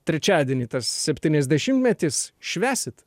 trečiadienį tas septyniasdešimtmetis švęsit